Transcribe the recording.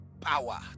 power